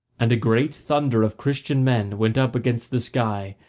and a great thunder of christian men went up against the sky,